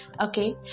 Okay